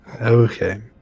Okay